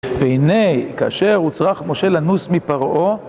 והנה כאשר הוצרך משה לנוס מפרעה